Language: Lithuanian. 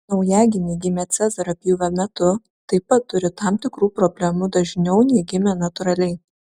naujagimiai gimę cezario pjūvio metu taip pat turi tam tikrų problemų dažniau nei gimę natūraliai